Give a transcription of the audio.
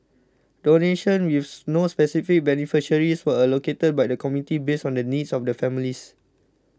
donations with no specific beneficiaries were allocated by the committee based on the needs of the families